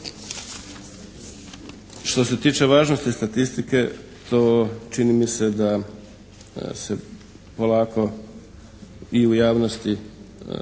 Što se tiče važnosti statistike to čini mi se da se polako i u javnosti